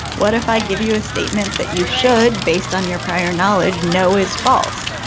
what if i give you a statement that you should, based on your prior knowledge, know is false?